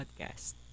podcast